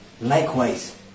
Likewise